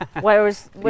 whereas